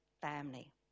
family